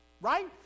Right